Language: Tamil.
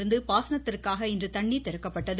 இருந்து பாசனத்திற்காக இன்று தண்ணீர் திறக்கப்பட்டது